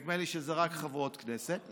נדמה לי שרק חברות כנסת.